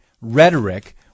rhetoric